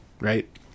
right